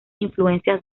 influencias